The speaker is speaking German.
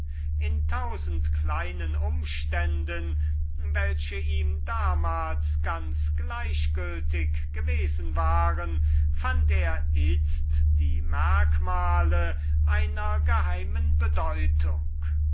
habe tausend kleine umstände welche ihm damals ganz gleichgültig gewesen waren schienen ihm itzt eine geheime bedeutung